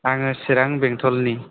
आङो चिरां बेंटलनि